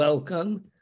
Welcome